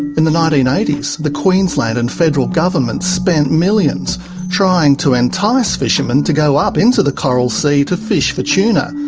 in the nineteen eighty s, the queensland and federal governments spent millions trying to entice fishermen to go up into the coral sea to fish for tuna,